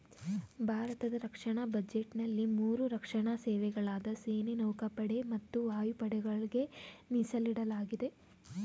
ಭಾರತದ ರಕ್ಷಣಾ ಬಜೆಟ್ನಲ್ಲಿ ಮೂರು ರಕ್ಷಣಾ ಸೇವೆಗಳಾದ ಸೇನೆ ನೌಕಾಪಡೆ ಮತ್ತು ವಾಯುಪಡೆಗಳ್ಗೆ ಮೀಸಲಿಡಲಾಗಿದೆ